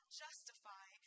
justify